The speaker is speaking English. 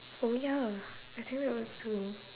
oh ya I think that works too